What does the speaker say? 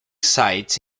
sites